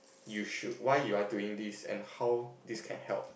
you should why you are doing this and how this can help